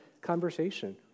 conversation